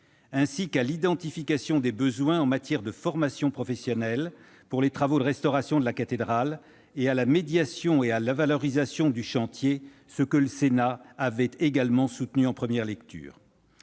ainsi qu'à l'identification des besoins de formation professionnelle pour les travaux de restauration de l'édifice et à la médiation et valorisation du chantier, ce que le Sénat avait soutenu en première lecture.